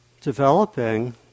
developing